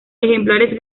ejemplares